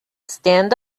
stand